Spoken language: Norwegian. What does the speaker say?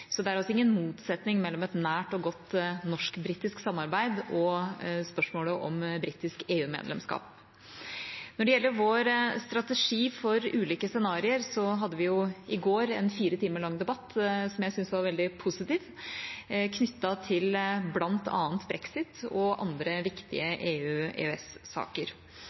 Så det er altså ingen motsetning mellom et nært og godt norsk-britisk samarbeid og spørsmålet om britisk EU-medlemskap. Når det gjelder vår strategi for ulike scenarioer, hadde vi i går en fire timer lang debatt – som jeg syns var veldig positiv – knyttet til bl.a. brexit og andre viktige